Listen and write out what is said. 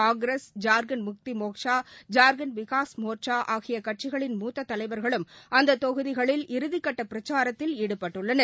காங்கிரஸ் ஜார்க்கண்ட் முக்தி மோர்ச்சா ஜார்க்கண்ட் விகாஷ் மோர்ச்சா ஆகிய கட்சிகளின் மூத்த தலைவர்களும் அந்த தொகுதிகளில் இறுதிக்கட்ட பிரச்சாரத்தில் ஈடுபட்டுள்ளனர்